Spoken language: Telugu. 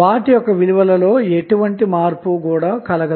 వాటి విలువలలో ఎటువంటి మార్పు ఉండదు